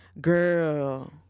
girl